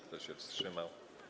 Kto się wstrzymał?